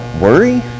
worry